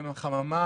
הם החממה